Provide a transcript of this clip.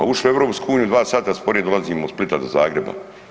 Ušli u EU, 2 sata sporije dolazimo od Splita do Zagreba.